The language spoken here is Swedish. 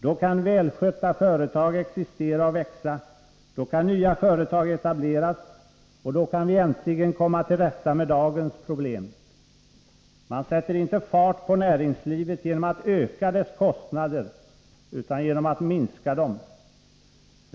Då kan välskötta företag existera och växa, då kan nya företag etableras och då kan vi äntligen komma till rätta med dagens problem. Man sätter inte fart på näringslivet genom att öka dess kostnader, utan genom att minska dem.